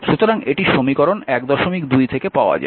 সুতরাং এটি সমীকরণ 12 থেকে পাওয়া যায়